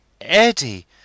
Eddie